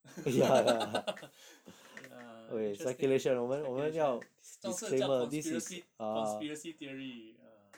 ya interesting speculation 这种是叫 conspiracy conspiracy theory ah